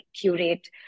curate